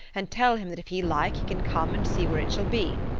and tell him that if he like he can come and see where it shall be.